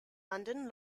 london